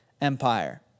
empire